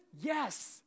Yes